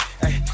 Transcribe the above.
hey